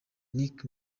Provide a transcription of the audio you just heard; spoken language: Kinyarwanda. nick